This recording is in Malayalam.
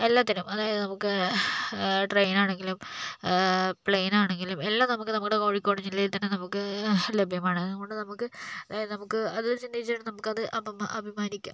എല്ലാത്തിനും അതായത് നമുക്ക് ട്രെയിൻ ആണെങ്കിലും പ്ലെയിൻ ആണെങ്കിലും എല്ലാം നമുക്ക് നമ്മുടെ കോഴിക്കോട് ജില്ലയിൽ തന്നെ നമുക്ക് ലഭ്യമാണ് അതുകൊണ്ട് നമുക്ക് അതായത് നമുക്ക് അത് വെച്ചിട്ടുണ്ടെങ്കില് നമുക്കത് അപമാ അഭിമാനിക്കാം